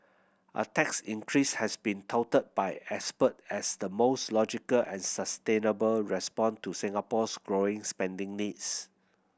a tax increase has been touted by expert as the most logical and sustainable response to Singapore's growing spending needs